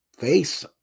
face